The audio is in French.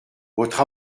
votre